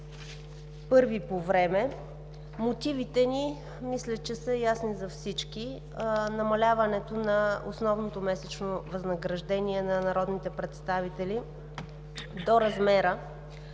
първи по време. Мотивите ни мисля, че са ясни за всички. Намаляването на основното месечно възнаграждение на народните представители до размера